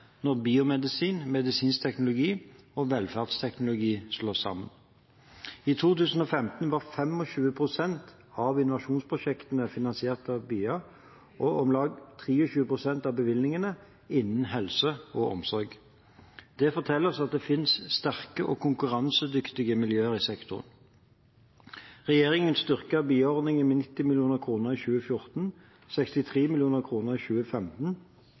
når biomedisin, medisinsk teknologi og velferdsteknologi slås sammen. I 2015 var 25 pst. av innovasjonsprosjektene finansiert av BIA, og om lag 23 pst. av bevilgningen var innen helse og omsorg. Det forteller oss at det finnes sterke og konkurransedyktige miljøer i sektoren. Regjeringen styrket BIA-ordningen med 90 mill. kr i 2014, 63 mill. kr i 2015